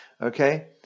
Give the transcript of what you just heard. okay